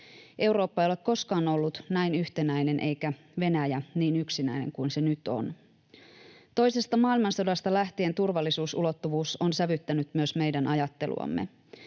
Eurooppa ei ole koskaan ollut näin yhtenäinen, eikä Venäjä niin yksinäinen kuin se nyt on. Toisesta maailmansodasta lähtien turvallisuusulottuvuus on sävyttänyt myös meidän ajatteluamme.